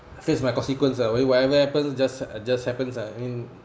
face my consequence uh I mean whatever happens just just happens ah I mean